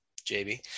jb